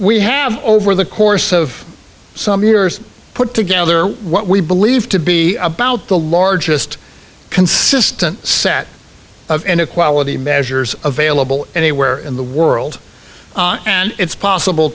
we have over the course of some years put together what we believe to be about the largest consistent set of inequality measures available anywhere in the world and it's possible